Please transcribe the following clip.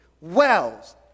wells